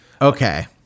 Okay